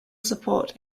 support